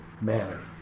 manner